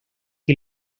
que